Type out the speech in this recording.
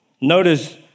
Notice